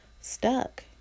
stuck